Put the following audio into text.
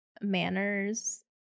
manners